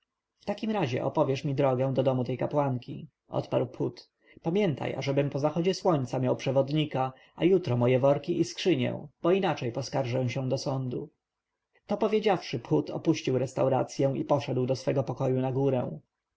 w takim razie opowiesz mi drogę do domu tej kapłanki odparł phut pamiętaj ażebym po zachodzie słońca miał przewodnika a jutro moje worki i skrzynię bo inaczej poskarżę się do sądu to powiedziawszy phut opuścił restaurację i poszedł do swego pokoju na górę